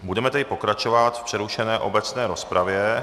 Budeme tedy pokračovat v přerušené obecné rozpravě.